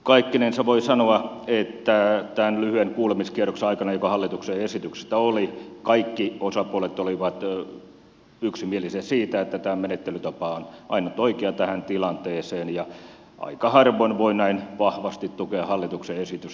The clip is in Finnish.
kaikkinensa voi sanoa että tämän lyhyen kuulemiskierroksen aikana joka hallituksen esityksestä oli kaikki osapuolet olivat yksimielisiä siitä että tämä menettelytapa on ainut oikea tähän tilanteeseen ja aika harvoin voin näin vahvasti tukea hallituksen esitystä kuin tällä kertaa